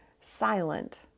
silent